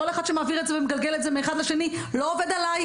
כל אחד שמעביר ומגלגל את זה מאחד לשני לא עובד עליי.